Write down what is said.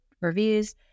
reviews